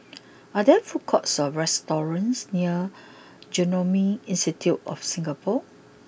are there food courts or restaurants near Genome Institute of Singapore